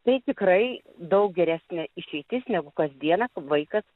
tai tikrai daug geresnė išeitis negu kas dieną vaikas